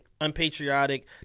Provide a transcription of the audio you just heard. unpatriotic